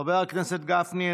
חבר הכנסת גפני,